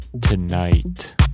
tonight